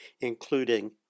including